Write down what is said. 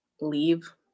leave